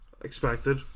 Expected